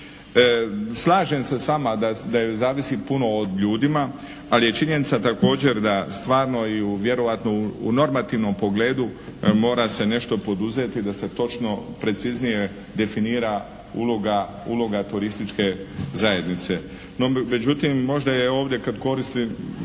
Slažem se s vama da zavisi puno o ljudima ali je činjenica također da stvarno i vjerojatno u normativnom pogledu mora se nešto poduzeti da se točno preciznije definira uloga turističke zajednice. No međutim, možda je ovdje kad koristim